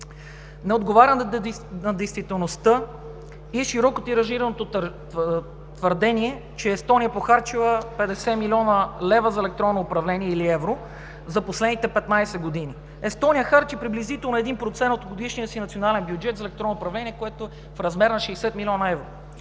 Не отговаря на действителността и широко тиражираното твърдение, че Естония е похарчила 50 млн. лв. или евро за електронно управление за последните 15 години. Естония харчи приблизително 1% от годишния си национален бюджет за електронно управление, което е в размер на 60 млн. евро.